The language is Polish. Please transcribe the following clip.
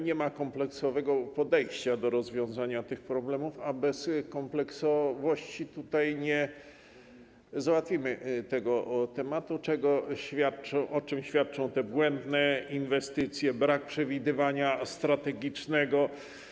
Nie ma kompleksowego podejścia do rozwiązania tych problemów, a bez kompleksowości nie załatwimy tutaj tego tematu, o czym świadczą te błędne inwestycje, brak przewidywania strategicznego.